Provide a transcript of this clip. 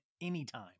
anytime